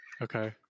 Okay